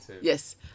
Yes